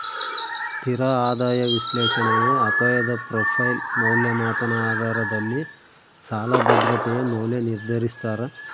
ಸ್ಥಿರ ಆದಾಯ ವಿಶ್ಲೇಷಣೆಯು ಅಪಾಯದ ಪ್ರೊಫೈಲ್ ಮೌಲ್ಯಮಾಪನ ಆಧಾರದಲ್ಲಿ ಸಾಲ ಭದ್ರತೆಯ ಮೌಲ್ಯ ನಿರ್ಧರಿಸ್ತಾರ